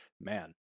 man